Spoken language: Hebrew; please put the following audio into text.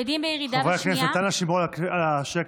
חברי הכנסת, אנא שמרו על השקט.